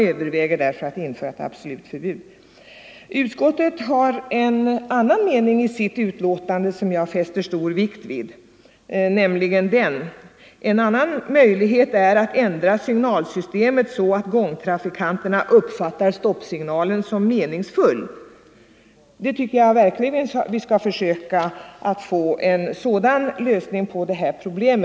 Utskottet framför i sitt betänkande en annan mening som jag fäster stor vikt vid, nämligen följande: ”En annan möjlighet är att ändra signalsystemet så att gångtrafikanterna uppfattar stoppsignalen som meningsfull.” Jag tycker verkligen att vi skall försöka få en sådan lösning på detta problem.